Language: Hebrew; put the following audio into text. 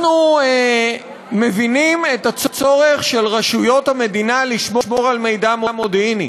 אנחנו מבינים את הצורך של רשויות המדינה לשמור על מידע מודיעיני.